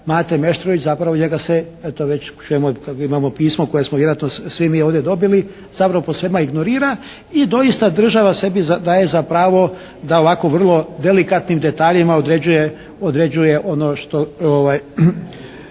Mate Meštrović. Zapravo njega se eto već čujemo, imamo pismo koje smo vjerojatno svi mi ovdje dobili, zapravo posvema ignorira i doista država sebi daje zapravo da u ovako vrlo delikatnim detaljima određuje ono što